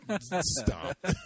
Stop